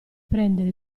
prendere